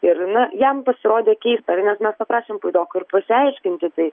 ir na jam pasirodė keista nes mes paprašėm puidoko ir pasiaiškinti tai